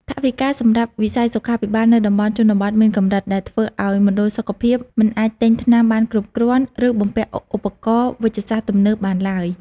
ថវិកាសម្រាប់វិស័យសុខាភិបាលនៅតំបន់ជនបទមានកម្រិត ដែលធ្វើឱ្យមណ្ឌលសុខភាពមិនអាចទិញថ្នាំបានគ្រប់គ្រាន់ ឬបំពាក់ឧបករណ៍វេជ្ជសាស្ត្រទំនើបបានឡើយ។